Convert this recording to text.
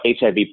HIV